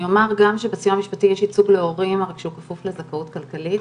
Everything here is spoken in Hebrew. אני אומר גם שבסיוע המשפטי יש ייצוג להורים רק שהוא כפוף לזכאות כלכלית